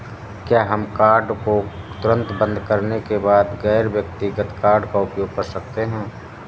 क्या हम कार्ड को तुरंत बंद करने के बाद गैर व्यक्तिगत कार्ड का उपयोग कर सकते हैं?